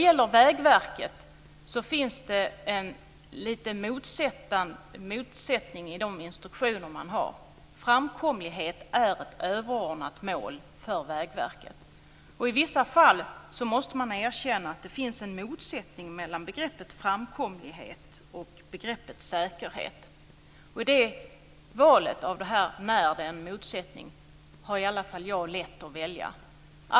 I Vägverkets instruktioner finns det en liten motsättning. Framkomlighet är ett överordnat mål för Vägverket. I vissa fall måste man erkänna att det finns en motsättning mellan begreppet framkomlighet och begreppet säkerhet. I valet mellan dessa motsatta begrepp har i alla fall jag lätt att välja.